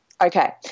okay